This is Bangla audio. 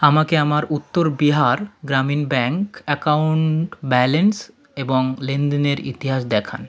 আমাকে আমার Uttar Bihar Gramin bank account balance এবং লেনদেনের ইতিহাস দেখান